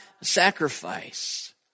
sacrifice